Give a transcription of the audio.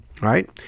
right